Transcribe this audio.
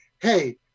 hey